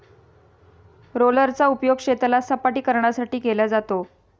रोलरचा उपयोग शेताला सपाटकरण्यासाठी केला जातो